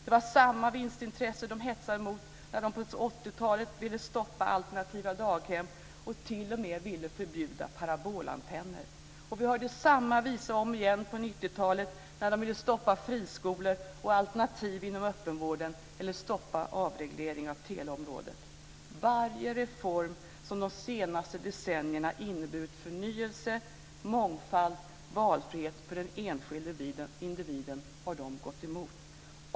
Det var samma vinstintresse som de hetsade mot när de på 80-talet ville stoppa alternativa daghem och t.o.m. ville förbjuda parabolantenner. Vi hörde samma visa om igen på 90-talet när de ville stoppa friskolor och alternativ inom öppenvården eller stoppa avreglering av teleområdet. Varje reform som de senaste decennierna inneburit förnyelse, mångfald och valfrihet för den enskilde individen har de gått emot.